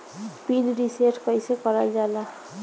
Pin reset कईसे करल जाला?